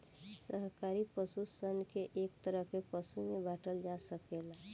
शाकाहारी पशु सन के एक तरह के पशु में बाँटल जा सकेला